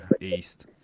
east